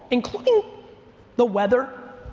including the weather.